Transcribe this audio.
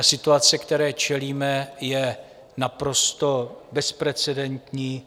Situace, které čelíme, je naprosto bezprecedentní.